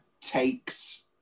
takes